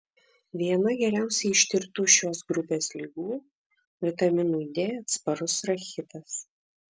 viena geriausiai ištirtų šios grupės ligų vitaminui d atsparus rachitas